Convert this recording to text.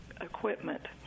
equipment